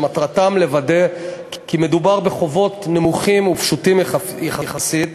שמטרתם לוודא כי מדובר בחובות נמוכים ופשוטים יחסית,